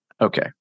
Okay